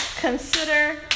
Consider